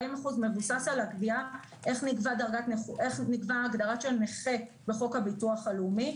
מבוסס על הקביעה איך נקבע הגדרה של נכה בחוק הביטוח הלאומי,